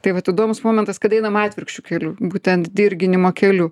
tai vat įdomus momentas kad einam atvirkščiu keliu būtent dirginimo keliu